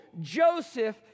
Joseph